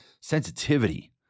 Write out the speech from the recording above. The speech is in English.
sensitivity